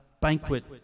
banquet